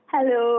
Hello